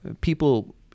people